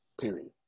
period